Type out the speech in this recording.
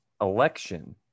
election